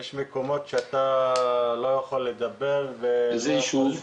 שיש מקומות שאי אפשר לדבר -- איזה יישוב?